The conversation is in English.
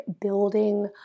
building